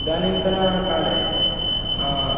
इदानीन्तनाकाले